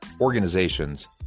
organizations